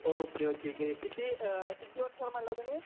okay okay गे किती किती दिवस सर म्हणला तुम्ही